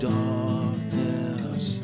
darkness